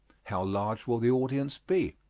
how large will the audience be?